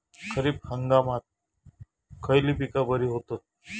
खरीप हंगामात खयली पीका बरी होतत?